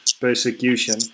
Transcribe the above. persecution